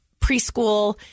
preschool